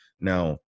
Now